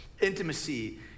intimacy